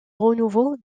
renouveau